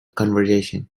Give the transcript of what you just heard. conversation